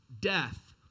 death